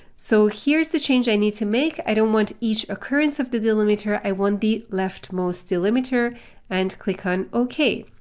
so here's the change i need to make. i don't want each occurrence of the delimiter. i want the leftmost delimiter and click on ok.